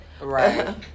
Right